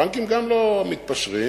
גם בנקים לא מתפשרים,